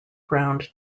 ground